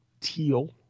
teal